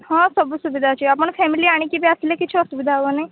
ହଁ ସବୁ ସୁବିଧା ଅଛି ଆପଣ ଫ୍ୟାମିଲି ଆଣିକି ବି ଆସିଲେ କିଛି ଅସୁବିଧା ହବ ନାହିଁ